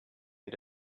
had